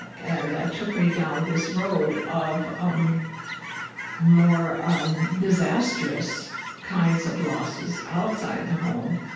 ah and that took me down this road of um more um disastrous kinds of losses outside the home,